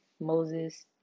Moses